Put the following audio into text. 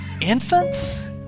infants